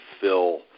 fill